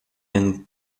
den